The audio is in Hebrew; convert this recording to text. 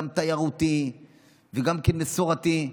גם תיירותי וגם מסורתי,